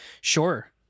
Sure